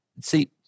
see